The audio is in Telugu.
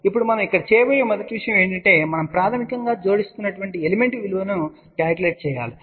ఇప్పుడు మనం ఇక్కడ చేయబోయే మొదటి విషయం ఏమిటంటే మనం ప్రాథమికంగా జోడిస్తున్న add చేస్తున్న ఎలిమెంట్ విలువలను కాలిక్యులేట్ చేస్తున్నాము